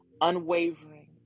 unwavering